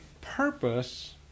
purpose